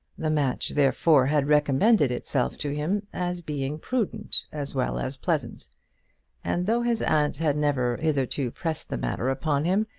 the match therefore had recommended itself to him as being prudent as well as pleasant and though his aunt had never hitherto pressed the matter upon him,